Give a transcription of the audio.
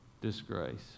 disgrace